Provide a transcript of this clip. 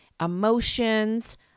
emotions